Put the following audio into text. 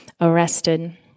arrested